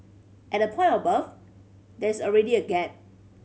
at the point of birth there is already a gap